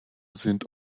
sind